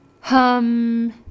Hum